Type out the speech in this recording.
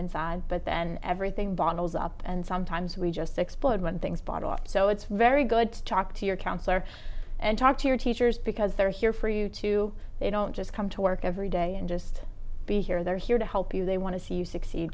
inside but then everything bottles up and sometimes we just explode when things bought off so it's very good to talk to your counsellor and talk to your teachers because they're here for you too they don't just come to work every day and just be here they're here to help you they want to see